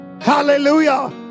Hallelujah